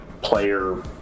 player